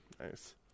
Nice